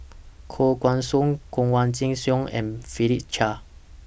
Koh Guan Song Kanwaljit Soin and Philip Chia